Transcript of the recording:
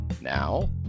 Now